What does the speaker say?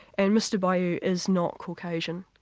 and mr bayout is not caucasian.